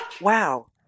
Wow